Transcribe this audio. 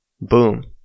Boom